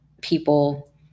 People